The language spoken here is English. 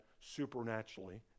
supernaturally